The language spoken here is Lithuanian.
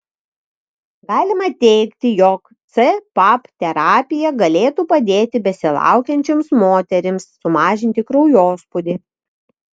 galima teigti jog cpap terapija galėtų padėti besilaukiančioms moterims sumažinti kraujospūdį